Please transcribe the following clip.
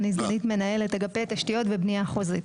אני סגנית מנהלת אגפי תשתיות ובנייה חוזית.